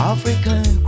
African